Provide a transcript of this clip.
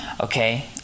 Okay